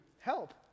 help